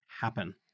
happen